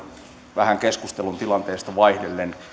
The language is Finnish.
vähän keskustelun tilanteesta vaihdellen